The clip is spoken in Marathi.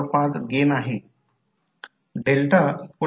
तर हा भाग ज्याला ∅2 तो वास्तविकपणे या कॉइल 1 ला जोडतो